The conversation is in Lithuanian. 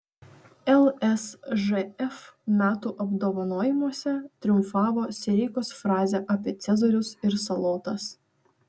lsžf metų apdovanojimuose triumfavo sireikos frazė apie cezarius ir salotas